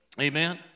Amen